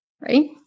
right